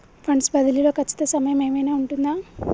Funds బదిలీ లో ఖచ్చిత సమయం ఏమైనా ఉంటుందా?